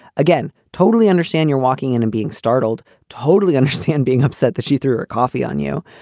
again. totally understand. you're walking in and being startled, totally understand, being upset that she threw her coffee on you.